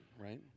right